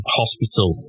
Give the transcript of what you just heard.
hospital